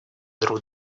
друг